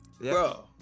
Bro